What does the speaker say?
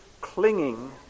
clinging